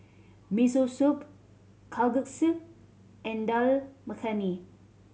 Miso Soup Kalguksu and Dal Makhani